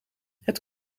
het